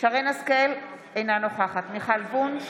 שרן מרים השכל, אינה נוכחת מיכל וונש,